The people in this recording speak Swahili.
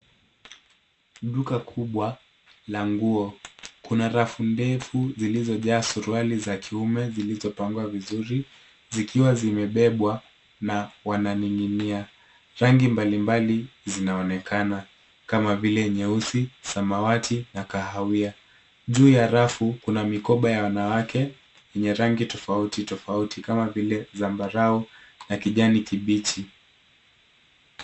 Duka kubwa la nguo. Kuna rafu ndefu zilizojaa suruali za kiume zilizopangwa vizuri zikiwa zimebebwa na wananing'inia. Rangi mbalimbali zinaonekana kama vile nyeusi, samawati, na kahawia. Juu ya rafu kuna mikoba ya wanawake yenye rangi tofauti tofauti kama vile zambarau na kijani kibichi.